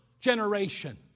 generation